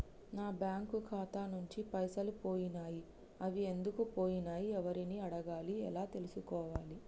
నా బ్యాంకు ఖాతా నుంచి పైసలు పోయినయ్ అవి ఎందుకు పోయినయ్ ఎవరిని అడగాలి ఎలా తెలుసుకోవాలి?